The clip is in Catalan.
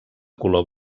color